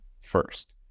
first